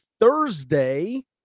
Thursday